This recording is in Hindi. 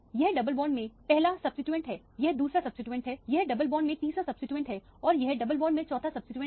यह डबल बॉन्ड में पहला सब्सीट्यूएंट है यह दूसरा सब्सीट्यूएंट है यह डबल बॉन्ड में तीसरा सब्सीट्यूएंटट है और यह डबल बॉन्ड में चौथा सब्सीट्यूएंट है